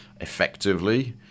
effectively